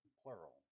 plural